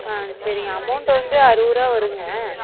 ஆ சரிங்க அமௌண்ட்டு வந்து அறுபது ரூவா வருங்க